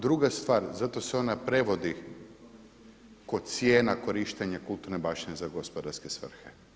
Druga stvar, zato se ona prevodi kao cijena korištenja kulturne baštine za gospodarske svrhe.